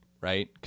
right